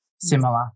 similar